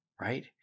right